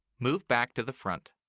move back to the front.